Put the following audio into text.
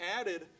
added